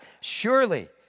Surely